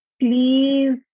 please